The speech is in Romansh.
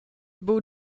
buca